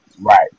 Right